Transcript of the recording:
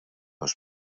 dos